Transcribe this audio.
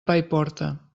paiporta